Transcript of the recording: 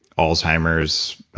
alzheimer's,